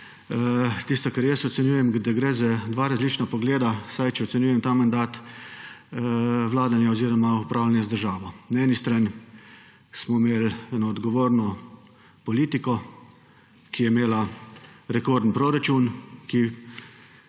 pri nas – ocenjujem, da gre za dva različna pogleda, vsaj če ocenjujem ta mandat vladanja oziroma upravljanja z državo. Na eni strani smo imeli odgovorno politiko, ki je imela rekorden proračun, ki